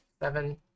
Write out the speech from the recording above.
seven